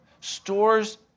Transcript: Stores